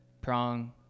prong